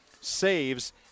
saves